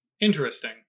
Interesting